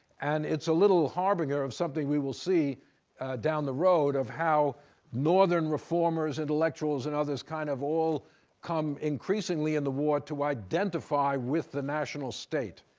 and it's a little harbinger of something we will see down the road of how northern reformers, intellectuals, and others, kind of all come increasingly in the war to identify with the national state.